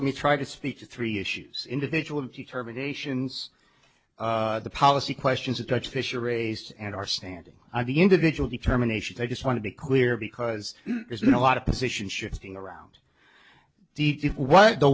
let me try to speak to three issues individual determinations the policy questions of touch fisheries and our standing of the individual determination i just want to be clear because there's been a lot of position shifting around what the